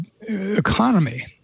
economy